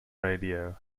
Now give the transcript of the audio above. radio